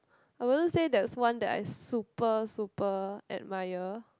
I wouldn't say there's one that I super super admire